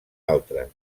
altres